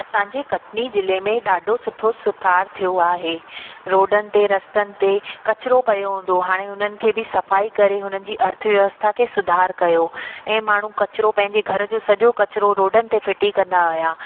असांजे कटनी ज़िले में ॾाढो सुठो सुथार थियो आहे रोडनि ते रस्तनि ते किचिरो पियो हूंदो हाणे हुननि खे बि सफ़ाई करे हुननि जी अर्थव्यवस्था खे सुधार कयो ऐं माण्हू किचिरो पंहिंजे घर जो सॼो किचिरो रोडनि ते फिटी कंदा हुआ